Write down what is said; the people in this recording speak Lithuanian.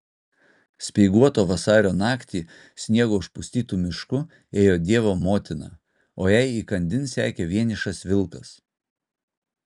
speiguotą vasario naktį sniego užpustytu mišku ėjo dievo motina o jai įkandin sekė vienišas vilkas